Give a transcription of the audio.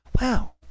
wow